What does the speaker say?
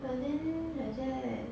but then like that